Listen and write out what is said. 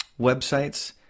websites